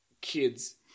kids